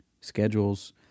schedules